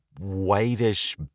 whitish